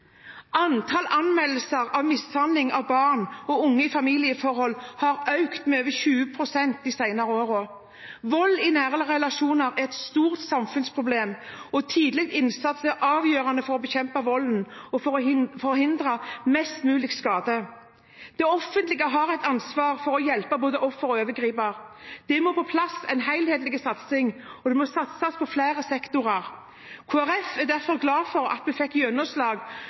Antall anmeldelser av mishandling av barn og unge i familieforhold har økt med over 20 pst. de senere år. Vold i nære relasjoner er et stort samfunnsproblem, og tidlig innsats er avgjørende for å bekjempe volden og for å forhindre mest mulig skade. Det offentlige har et ansvar for å hjelpe både offer og overgriper. Det må på plass en helhetlig satsing, og det må satses i flere sektorer. Kristelig Folkeparti er derfor glad for at vi fikk gjennomslag